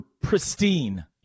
pristine